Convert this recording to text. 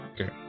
Okay